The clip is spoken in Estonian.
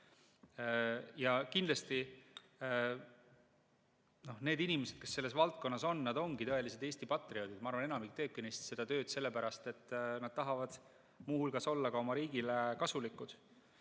Kindlasti need inimesed, kes selles valdkonnas töötavad, ongi tõelised Eesti patrioodid. Ma arvan, enamik teebki seda tööd sellepärast, et nad tahavad muu hulgas olla oma riigile kasulikud.